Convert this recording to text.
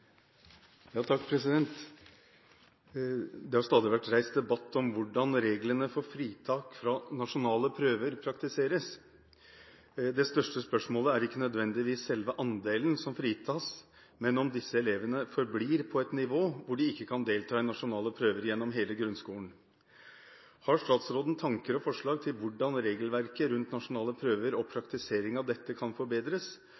nasjonale prøver praktiseres. Det største spørsmålet er ikke nødvendigvis selve andelen som fritas, men om disse elevene forblir på et nivå hvor de ikke kan delta i nasjonale prøver gjennom hele grunnskolen. Har statsråden tanker og forslag til hvordan regelverket rundt nasjonale prøver og